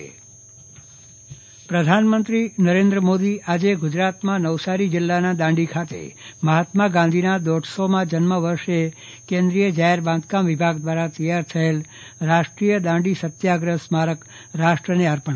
ચંદ્રવદન પટ્ટણી દાંડી સ્મારક પ્રધાનમંત્રી નરેન્દ્ર મોદી આવતીકાલે ગુજરાતના નવસારી જિલ્લાના દાંડી ખાતે મહાત્મા ગાંધીના દોઢસોમાં જન્મ વર્ષે કેન્દ્રીય જાહેર બાંધકામ વિભાગ દ્વારા તૈયાર થયેલું રાષ્ટ્રીય દાંડી સત્યાગ્રહ સ્મારક રાષ્ટ્રને અર્પણ કરશે